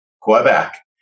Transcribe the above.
Quebec